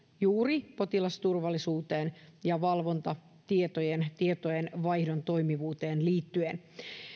juuri potilasturvallisuuteen ja valvontatietojen vaihdon toimivuuteen liittyen